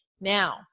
Now